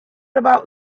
about